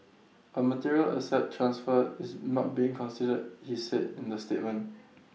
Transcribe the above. A material asset transfer is not being considered he said in the statement